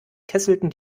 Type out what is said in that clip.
kesselten